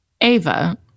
Ava